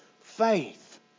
faith